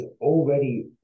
already